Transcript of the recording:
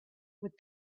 with